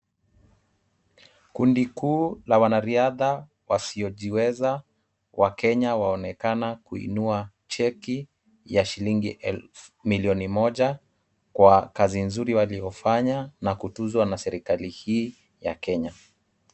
Kundi kuu la wanariadha wasio jiweza. Wakenya waonekana kuinua cheki ya shilingi elfu milioni moja kwa kazi nzuri walio fanya na kutuzwa na serikali hii ya Kenya.